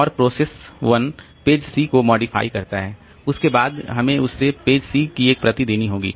और process one page C को modify करता है उसके बाद फिर हमें उसे पेज C की एक प्रति देनी होगी